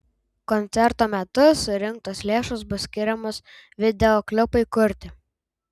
koncerto metu surinktos lėšos bus skiriamos videoklipui kurti